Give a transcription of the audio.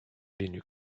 linux